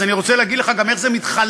אז אני רוצה להגיד לך גם איך זה מתחלק,